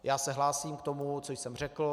Já se hlásím k tomu, co jsem řekl.